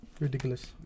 ridiculous